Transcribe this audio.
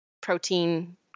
protein